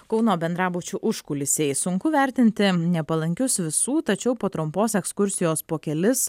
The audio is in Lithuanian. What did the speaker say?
kauno bendrabučių užkulisiai sunku vertinti nepalankius visų tačiau po trumpos ekskursijos po kelis